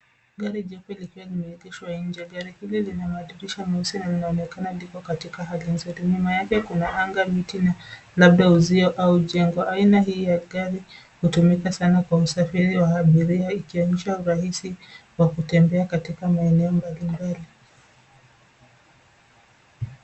Gari jeupe likiwa limeegeshwa nje. Gari hili lina madirisha meusi na linaonekana liko katika hali nzuri. Nyuma yake kuna anga miti na labda uzio au jengo aina hii ya gari hutumika sana kwa usafiri wa abiria ikionyesha urahisi wa kutembea katika maeneo mbalimbali.